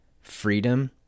freedom